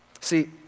See